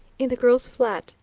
in the girl's flat,